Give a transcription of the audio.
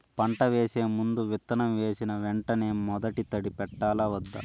పంట వేసే ముందు, విత్తనం వేసిన వెంటనే మొదటి తడి పెట్టాలా వద్దా?